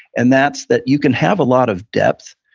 and that's that you can have a lot of depth,